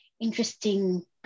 interesting